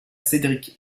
cédric